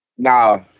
Nah